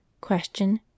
Question